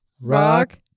Rock